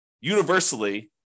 universally